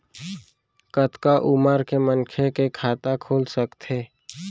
कतका उमर के मनखे के खाता खुल सकथे?